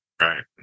Right